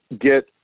get